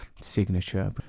signature